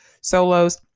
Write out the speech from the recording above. solos